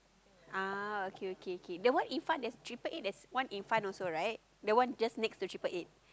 ah okay okay okay the one in front there's triple eight there's one in front also right the one just next to triple eight